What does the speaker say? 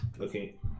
Okay